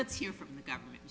let's hear from the government